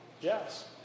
Yes